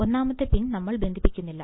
ഒന്നാമത്തെ പിൻ നമ്മൾ ബന്ധിപ്പിക്കുന്നില്ല